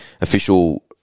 official